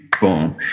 boom